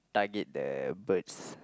target the birds